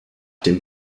dem